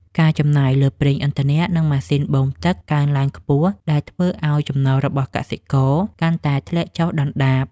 ការចំណាយលើប្រេងឥន្ធនៈ និងម៉ាស៊ីនបូមទឹកកើនឡើងខ្ពស់ដែលធ្វើឱ្យចំណូលរបស់កសិករកាន់តែធ្លាក់ចុះដុនដាប។